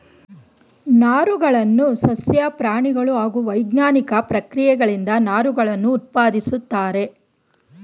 ನಾರುಗಳನ್ನು ಸಸ್ಯ ಪ್ರಾಣಿಗಳು ಹಾಗೂ ವೈಜ್ಞಾನಿಕ ಪ್ರಕ್ರಿಯೆಗಳಿಂದ ನಾರುಗಳನ್ನು ಉತ್ಪಾದಿಸುತ್ತಾರೆ